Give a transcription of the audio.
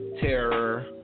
terror